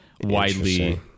widely